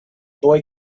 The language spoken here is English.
boy